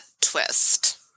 twist